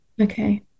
Okay